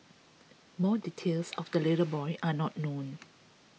more details of the little boy are not known